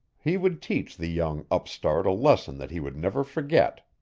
he would teach the young upstart a lesson that he would never forget.